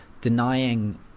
denying